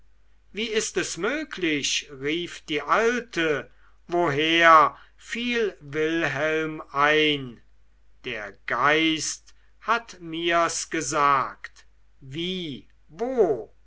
wie ist es möglich rief die alte woher fiel wilhelm ein der geist hat mir's gesagt wie wo